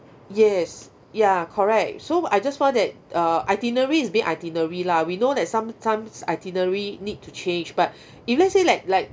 yes ya correct so I just find that uh itinerary is be itinerary lah we know that some some itinerary need to change but if let's say like like